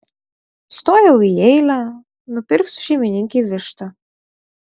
stojau į eilę nupirksiu šeimininkei vištą